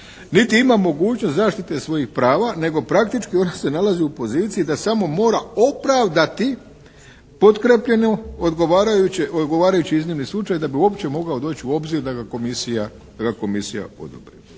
niti ima mogućnost zaštite svojih prava, nego praktički ona se nalazi u poziciji da samo mora opravdati potkrijepljeno odgovarajuće, odgovarajući iznimni slučaj da bi uopće mogao doći u obzir da ga komisija podupre.